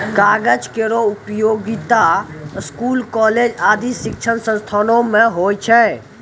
कागज केरो उपयोगिता स्कूल, कॉलेज आदि शिक्षण संस्थानों म होय छै